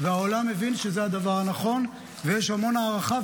והעולם הבין שזה הדבר הנכון, ויש המון הערכה.